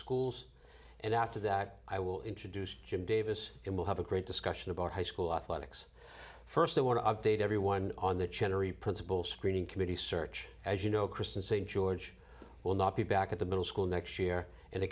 schools and after that i will introduce jim davis and we'll have a great discussion about high school athletics first i want to update everyone on the general principle screening committee search as you know kristen st george will not be back at the middle school next year and